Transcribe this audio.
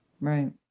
Right